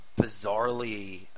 bizarrely